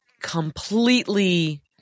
completely